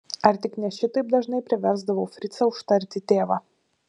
ar tik ne šitaip dažnai priversdavau fricą užtarti tėvą